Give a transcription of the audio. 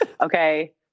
Okay